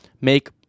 make